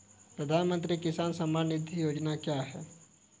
प्रधानमंत्री किसान सम्मान निधि योजना क्या है?